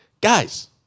guys